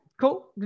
cool